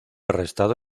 arrestado